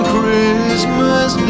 Christmas